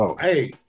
Hey